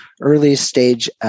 early-stage